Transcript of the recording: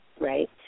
right